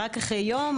רק אחרי יום,